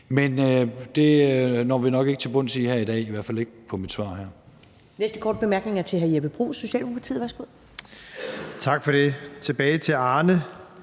Men det når vi nok ikke til bunds i her i dag, i hvert fald ikke i mit svar her.